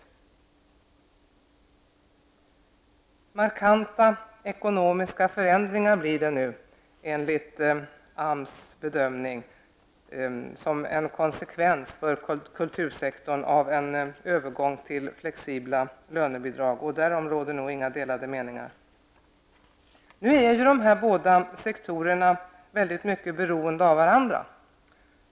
Enligt AMS blir det nu markanta ekonomiska förändringar för kultursektorn som en konsekvens av en övergång till flexibla lönebidrag, och därom råder nog inga delade meningar. Nu är ju dessa båda sektorer mycket beroende av varandra.